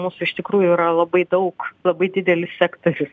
mūsų iš tikrųjų yra labai daug labai didelis sektorius